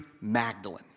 Magdalene